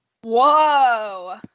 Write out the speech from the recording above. Whoa